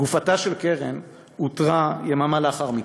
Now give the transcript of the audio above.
גופתה של קרן אותרה יממה לאחר מכן.